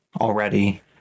already